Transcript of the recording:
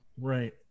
Right